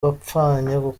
kuko